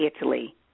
Italy